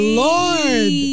lord